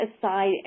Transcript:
aside